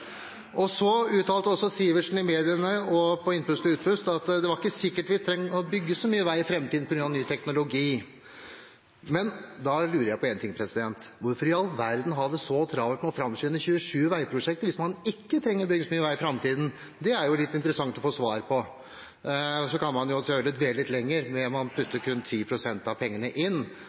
bygge så mye vei i framtiden, på grunn av ny teknologi. Men da lurer jeg på én ting: Hvorfor i all verden ha det så travelt med å framskynde 27 veiprosjekter hvis man ikke trenger å bygge så mye vei i framtiden? Det er litt interessant å få svar på. Så kan man selvfølgelig dvele litt lenger, ved å putte kun 10 pst. av pengene inn,